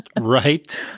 Right